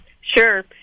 sure